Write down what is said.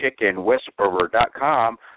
chickenwhisperer.com